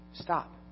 stop